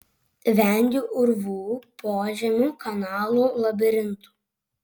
vengiu urvų požemių kanalų labirintų